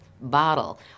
bottle